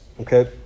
Okay